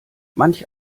manch